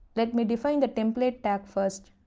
let me define the template tag first.